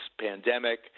pandemic